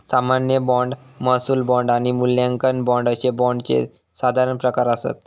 सामान्य बाँड, महसूल बाँड आणि मूल्यांकन बाँड अशे बाँडचे साधारण प्रकार आसत